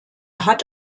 hat